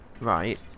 right